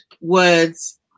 words